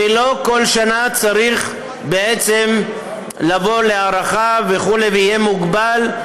ולא שכל שנה יהיה צורך להביא הארכה וזה יהיה מוגבל.